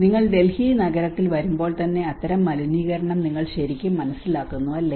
നിങ്ങൾ ഡൽഹി നഗരത്തിൽ വരുമ്പോൾ തന്നെ അത്തരം മലിനീകരണം നിങ്ങൾ ശരിക്കും മനസ്സിലാക്കുന്നു അല്ലേ